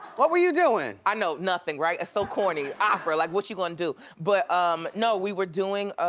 what were you doing? i know, nothing, right, it's so corny. opera, like, what you gon' and do? but um no, we were doing ah